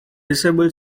disabled